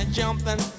jumping